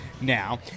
now